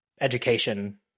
education